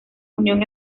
unión